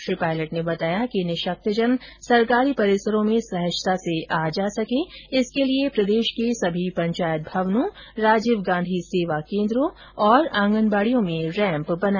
श्री पायलट ने बताया कि निशक्तजन सरकारी परिसरों में सहजता से आ जा सकें इसके लिए प्रदेश के सभी पंचायत भवनों राजीव गांधी सेवा केन्द्रों और आंगनबाड़ियों में रैम्प बनाए जाएंगे